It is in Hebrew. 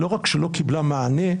לא רק שלא קיבלה מענה,